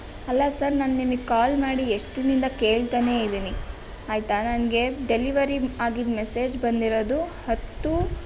ಅಲ್ಲ ಸರ್ ನಾನು ನಿಮಗೆ ಕಾಲ್ ಮಾಡಿ ಎಷ್ಟು ದಿನದಿಂದ ಕೇಳ್ತಾನೇ ಇದ್ದೀನಿ ಆಯಿತಾ ನನಗೆ ಡೆಲಿವರಿ ಆಗಿದ್ದ ಮೆಸೇಜ್ ಬಂದಿರೋದು ಹತ್ತು